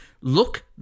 look